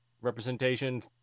representation